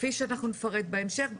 כפי שנפרט בהמשך,